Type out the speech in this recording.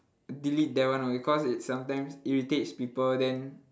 delete that one away cause it sometimes irritates people then